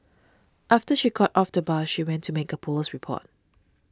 after she got off the bus she went to make a police report